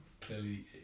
clearly